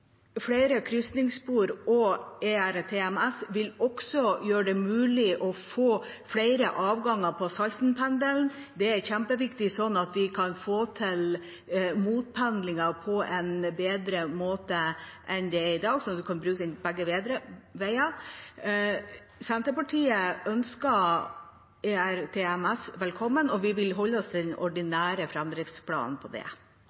Flere krysningsspor og ERTMS vil også gjøre det mulig å få flere avganger på Saltenpendelen. Det er kjempeviktig, sånn at vi kan få til motpendlingen på en bedre måte enn i dag og bruke den begge veier. Senterpartiet ønsker ERTMS velkommen, og vi vil holde oss til den ordinære framdriftsplanen for det.